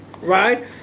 right